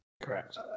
Correct